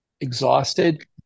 exhausted